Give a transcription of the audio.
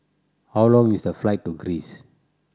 how long is the flight to Greece